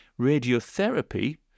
Radiotherapy